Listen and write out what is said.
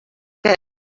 que